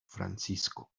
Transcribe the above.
francisco